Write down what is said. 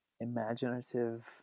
imaginative